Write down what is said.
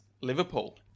Liverpool